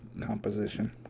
composition